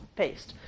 paste